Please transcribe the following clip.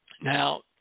Now